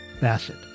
Bassett